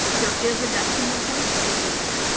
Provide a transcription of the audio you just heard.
there is a decimal point, so they do count.